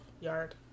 yard